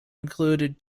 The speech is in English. included